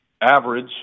average